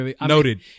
Noted